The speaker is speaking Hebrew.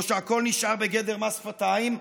או שהכול נשאר בגדר מס שפתיים?